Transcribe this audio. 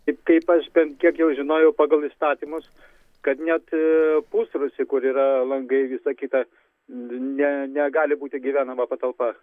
taip kaip aš bent kiek jau žinojau pagal įstatymus kad net pusrusy kur yra langai visa kita ne negali būti gyvenama patalpa